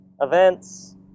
events